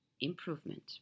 improvement